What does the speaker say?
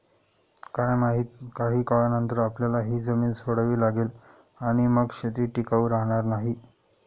काय माहित, काही काळानंतर आपल्याला ही जमीन सोडावी लागेल आणि मग शेती टिकाऊ राहणार नाही